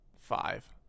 Five